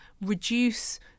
reduce